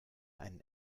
einen